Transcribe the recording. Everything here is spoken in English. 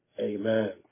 amen